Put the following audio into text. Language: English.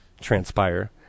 transpire